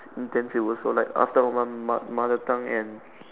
intense week also like after one month Ma~ mother tongue and